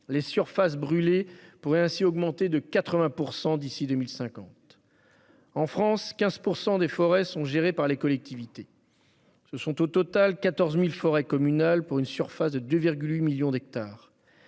la surface brûlée pourrait ainsi augmenter de 80 % d'ici à 2050. En France, 15 % des forêts sont gérées par des collectivités locales, ce qui représente 14 000 forêts communales pour une surface de 2,8 millions d'hectares.